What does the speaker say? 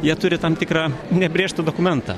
jie turi tam tikrą nebrėžtą dokumentą